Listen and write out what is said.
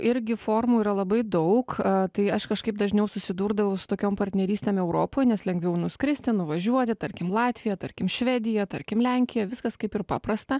igi formų yra labai daug tai aš kažkaip dažniau susidurdavau su tokiom partnerystėm europoj nes lengviau nuskristi nuvažiuoti tarkim latvija tarkim švedija tarkim lenkija viskas kaip ir paprasta